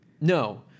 No